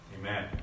Amen